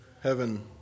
heaven